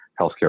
healthcare